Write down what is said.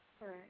Right